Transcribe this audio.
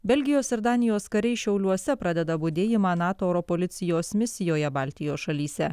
belgijos ir danijos kariai šiauliuose pradeda budėjimą nato oro policijos misijoje baltijos šalyse